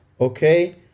Okay